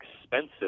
expensive